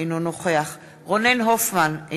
אינו נוכח רונן הופמן,